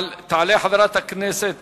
תעלה חברת הכנסת